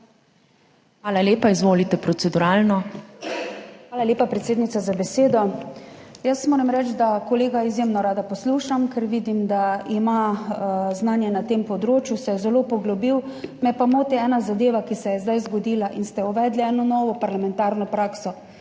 Hvala lepa. Izvolite, proceduralno. MAG. BOJANA MURŠIČ (PS SD): Hvala lepa, predsednica, za besedo. Moram reči, da kolega izjemno rada poslušam, ker vidim, da ima znanje na tem področju, se je zelo poglobil, me pa moti ena zadeva, ki se je zdaj zgodila in ste uvedli eno novo parlamentarno prakso